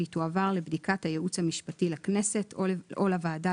והיא תועבר לבדיקת הייעוץ המשפטי לכנסת או לוועדה,